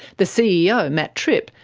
the ceo, matt tripp,